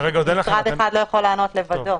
משרד אחד לא יכול לענות לבדו.